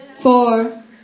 four